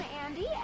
Andy